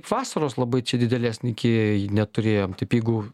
vasaros labai čia didelės iki neturėjom taip jeigu